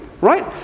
right